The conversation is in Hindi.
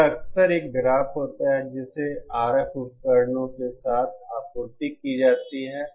यह अक्सर एक ग्राफ होता है जिसे RF उपकरणों के साथ आपूर्ति की जाती है